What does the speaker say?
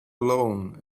alone